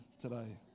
today